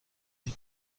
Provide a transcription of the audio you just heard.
die